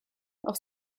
auf